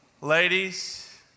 Ladies